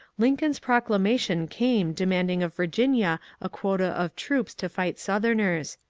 lincoln's proclamation came demanding of virginia a quota of troops to fight southerners.